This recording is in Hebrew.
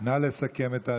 נא לסכם את הרשימה.